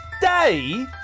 day